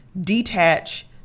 detach